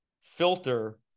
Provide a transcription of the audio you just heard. filter